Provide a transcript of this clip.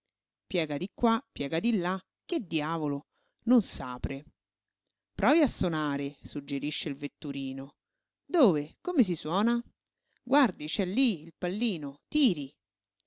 piega di qua piega di là che diavolo non s'apre provi a sonare suggerisce suggerisce il vetturino dove come si suonasuona guardi c'è lí il pallino tiri